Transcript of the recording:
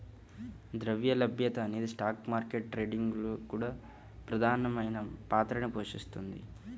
ద్రవ్య లభ్యత అనేది స్టాక్ మార్కెట్ ట్రేడింగ్ లో కూడా ప్రధానమైన పాత్రని పోషిస్తుంది